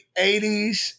80s